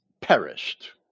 perished